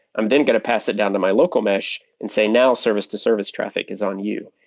i'm then going to pass it down to my local mesh and say, now service-to-service traffic is on you.